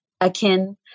akin